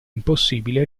impossibile